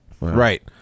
Right